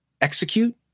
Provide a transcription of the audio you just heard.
execute